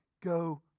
go